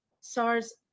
SARS